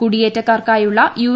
കുടിയേറ്റക്കാർക്കായുളളുയു്